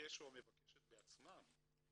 המבקש או המבקשת בעצמם,